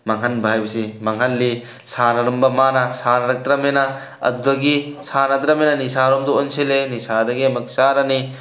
ꯃꯥꯡꯍꯟꯕ ꯍꯥꯏꯕꯁꯤ ꯃꯥꯡꯍꯜꯂꯤ ꯁꯥꯟꯅꯔꯝꯕ ꯃꯥꯅ ꯁꯥꯟꯅꯔꯛꯇ꯭ꯔꯕꯅꯤꯅ ꯑꯗꯨꯗꯒꯤ ꯁꯥꯟꯅꯗ꯭ꯔꯕꯅꯤꯅ ꯅꯤꯁꯥꯔꯣꯝꯗ ꯑꯣꯟꯁꯤꯜꯂꯦ ꯅꯤꯁꯥꯗꯒꯤ ꯑꯃꯨꯛ ꯆꯥꯔꯅꯤ